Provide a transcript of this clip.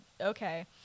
Okay